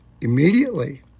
immediately